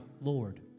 Lord